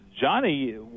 Johnny